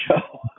show